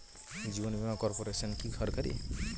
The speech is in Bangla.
জীবন বীমা কর্পোরেশন কি সরকারি?